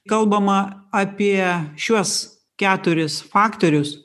kalbama apie šiuos keturis faktorius